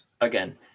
again